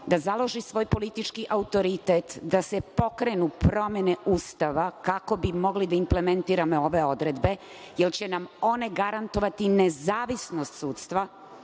da založi svoj politički autoritet da se pokrenu promene Ustava, kako bi mogli da implementiramo ove odredbe, jer će nam one garantovati nezavisnost sudstva,